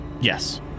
Yes